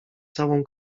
całą